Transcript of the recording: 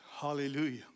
Hallelujah